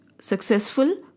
Successful